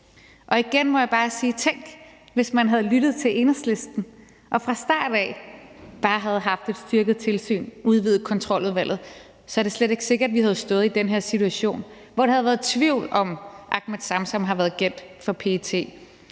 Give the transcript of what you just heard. og igen må jeg bare sige: Tænk, hvis man havde lyttet til Enhedslisten og fra start af havde haft et styrket tilsyn og udvidet Kontroludvalget. Så er det slet ikke sikkert, at vi havde stået i den her situation, hvor der har været tvivl om, om Ahmed Samsam har været agent for PET,